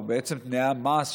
או בעצם תנאי המס,